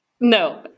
No